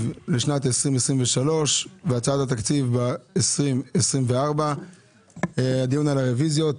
לשנת 2023 והצעת התקציב בשנת 2024. הדיון על הרוויזיות,